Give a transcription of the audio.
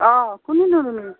অঁ কোন